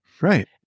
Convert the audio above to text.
Right